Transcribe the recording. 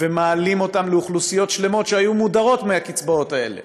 ומעלים אותן לאוכלוסיות שלמות שהיו מודרות מהקצבאות האלה